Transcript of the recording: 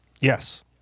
Yes